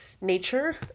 nature